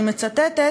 אני מצטטת,